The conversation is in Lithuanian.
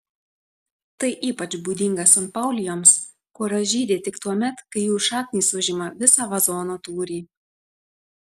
tai ypač būdinga sanpaulijoms kurios žydi tik tuomet kai jų šaknys užima visą vazono tūrį